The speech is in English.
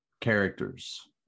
characters